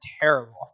terrible